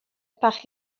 bach